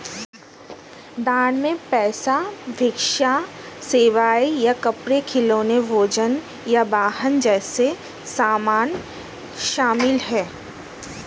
दान में पैसा भिक्षा सेवाएं या कपड़े खिलौने भोजन या वाहन जैसे सामान शामिल हैं